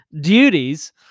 duties